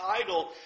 title